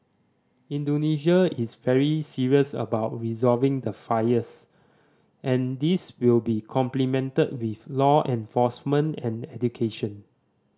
Indonesia is very serious about resolving the fires and this will be complemented with law enforcement and education